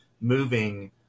moving